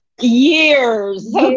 years